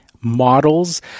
models